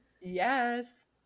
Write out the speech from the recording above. yes